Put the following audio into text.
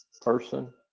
person